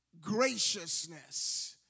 graciousness